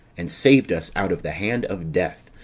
and saved us out of the hand of death,